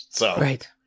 Right